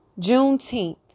Juneteenth